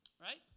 Right